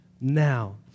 now